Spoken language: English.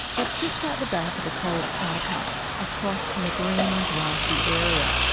it sits out the back of a coles car park, across from a green grassy area.